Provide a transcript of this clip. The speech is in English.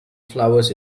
flowers